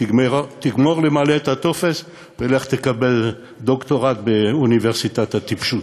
תגמור למלא את הטופס ולך תקבל דוקטורט באוניברסיטת הטיפשות.